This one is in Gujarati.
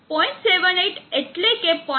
78 એટલેકે જે 0